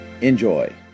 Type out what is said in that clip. Enjoy